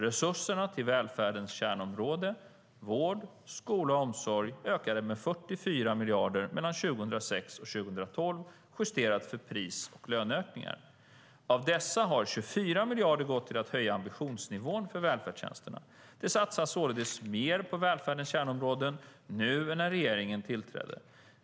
Resurserna till välfärdens kärnområden vård, skola och omsorg ökade med 44 miljarder mellan 2006 och 2012, justerat för pris och löneökningar. Av dessa har 24 miljarder gått till att höja ambitionsnivån för välfärdstjänsterna. Det satsas således mer på välfärdens kärnområden nu än när regeringen tillträdde.